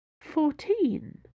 fourteen